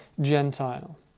Gentile